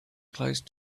close